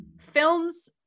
films